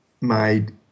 made